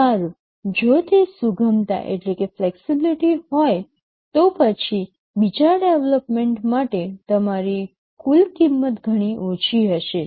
સારું જો તે સુગમતા હોય તો પછી બીજા ડેવલોપમેન્ટ માટે તમારી કુલ કિંમત ઘણી ઓછી હશે